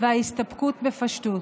וההסתפקות בפשטות.